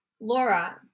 Laura